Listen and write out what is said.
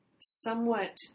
somewhat